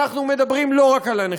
אנחנו מדברים לא רק על הנכים,